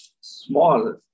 Small